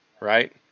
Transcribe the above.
right